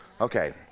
Okay